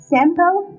Sample